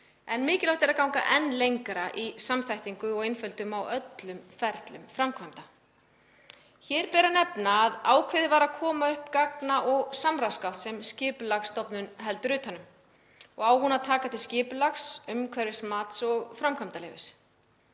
en mikilvægt er að ganga enn lengra í samþættingu og einföldun á öllum ferlum framkvæmda. Hér ber að nefna að ákveðið var að koma upp gagna- og samráðsgátt sem Skipulagsstofnun heldur utan um og á hún að taka til skipulags, umhverfismats og framkvæmdaleyfis.